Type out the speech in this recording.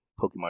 Pokemon